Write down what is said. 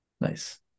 nice